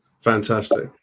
Fantastic